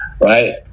right